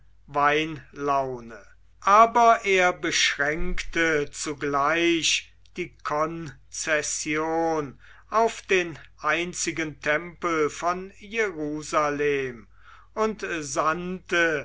weinlaune aber er beschränkte zugleich die konzession auf den einzigen tempel von jerusalem und sandte